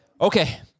Okay